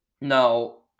Now